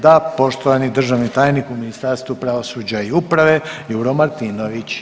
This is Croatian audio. Da, poštovani državni tajnik u Ministarstvu pravosuđa i uprave Juro Martinović.